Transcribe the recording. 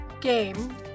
game